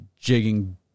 jigging